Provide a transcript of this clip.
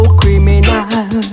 criminal